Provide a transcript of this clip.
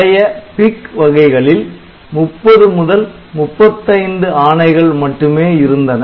பழைய PIC வகைகளில் 30 முதல் 35 ஆணைகள் மட்டுமே இருந்தன